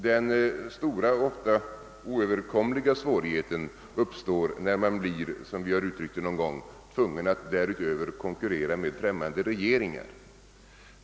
De stora och ofta oöverstigliga svårigheterna uppstår när företagen därutöver blir tvungna att — som det någon gång uttryckts — konkurrera med främmande regeringar.